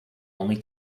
only